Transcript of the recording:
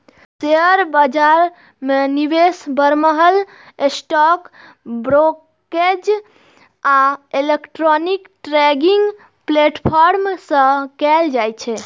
share बाजार मे निवेश बरमहल स्टॉक ब्रोकरेज आ इलेक्ट्रॉनिक ट्रेडिंग प्लेटफॉर्म सं कैल जाइ छै